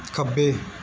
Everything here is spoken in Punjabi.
ਖੱਬੇ